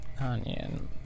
onion